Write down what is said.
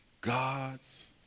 God's